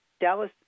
Dallas